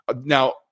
Now